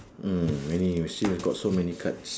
mm maybe we can see we got so many cards